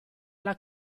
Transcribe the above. alla